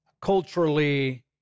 culturally